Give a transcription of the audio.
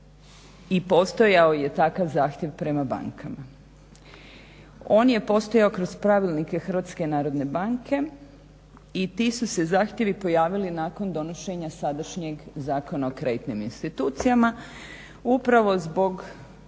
i postojao je takav zahtjev prema bankama. On je postojao kroz pravilnike HNB-a i ti su se zahtjevi pojavili nakon donošenja sadašnjeg Zakona o kreditnim institucijama upravo zbog ovoga